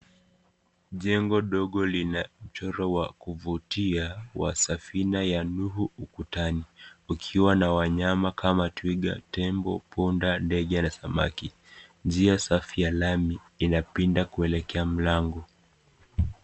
Jengo ndogo lina mchoro wa kuvutia wa safina ya Nuhu ukutani, ukiwa na wanyama kama twiga, tembo, punda, ndege na samaki. Njia safi ya lami inapinda kuelekea mlangu.